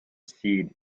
seed